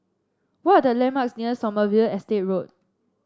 what are the landmarks near Sommerville Estate Road